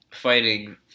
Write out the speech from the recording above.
fighting